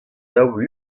daou